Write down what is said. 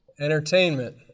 entertainment